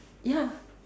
ya